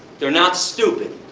they're not stupid,